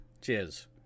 Cheers